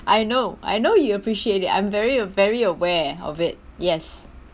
I know I know you appreciate it I'm very aw~ very aware of it yes